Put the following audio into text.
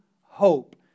hope